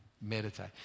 meditate